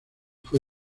fue